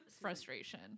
frustration